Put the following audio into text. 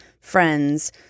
friends